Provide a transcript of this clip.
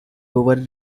over